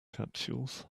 capsules